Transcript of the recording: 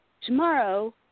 Tomorrow